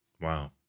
wow